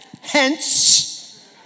Hence